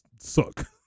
suck